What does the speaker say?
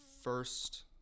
first